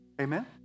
amen